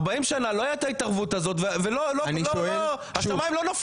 40 שנים לא הייתה ההתערבות הזאת והשמיים לא נפלו.